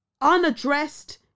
unaddressed